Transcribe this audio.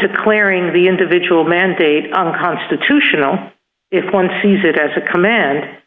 declaring the individual mandate unconstitutional if one sees it as a command